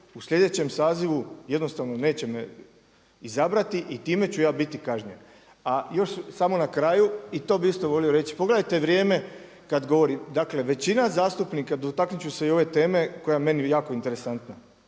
u sljedećem sazivu jednostavno neće me izabrati i time ću ja biti kažnjen. A još samo na kraju, i to bih isto volio reći, pogledajte vrijeme kada govorim, dakle većina zastupnika, dotaknuti ću se i ove teme koja je meni jako interesantna.